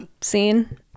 scene